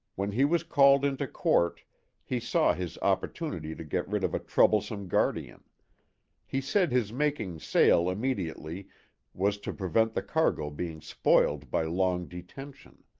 when he was called into court he saw his opportunity to get rid of a troublesome guardian he said his making sail immediately was to prevent the cargo being spoiled by long detention